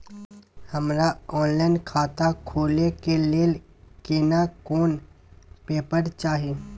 हमरा ऑनलाइन खाता खोले के लेल केना कोन पेपर चाही?